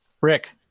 Rick